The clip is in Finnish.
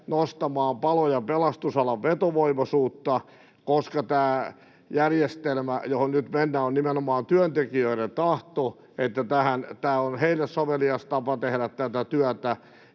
nostamaan palo- ja pelastusalan vetovoimaisuutta, koska tämä järjestelmä, johon nyt mennään, on nimenomaan työntekijöiden tahto, tämä on heille sovelias tapa tehdä tätä työtä.